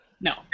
No